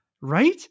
right